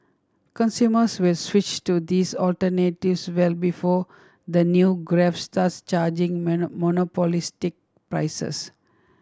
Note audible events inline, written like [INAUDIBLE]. consumers with switch to these alternatives well before the new Grab starts charging [UNINTELLIGIBLE] monopolistic prices